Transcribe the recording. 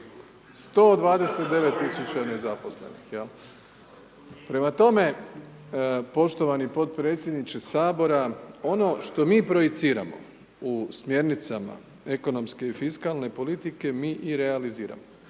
129 000 nezaposlenih, jel'. Prema tome, poštovani potpredsjedniče Sabora, ono što mi projiciramo u smjernicama ekonomske i fiskalne politike, mi i realiziramo,